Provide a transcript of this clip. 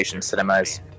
Cinemas